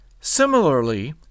Similarly